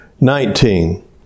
Nineteen